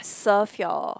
serve your